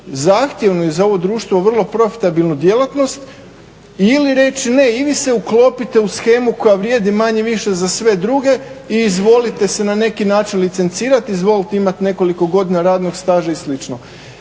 zahtjevnu i za ovo društvo vrlo profitabilnu djelatnost ili reći ne, i vi se uklopite u shemu koja vrijedi manje-više za sve druge i izvolite se na neki način licencirat, izvolite imat nekoliko godina radnog staža i